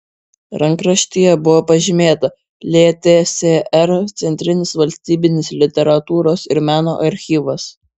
rankraštyje buvo pažymėta ltsr centrinis valstybinis literatūros ir meno archyvas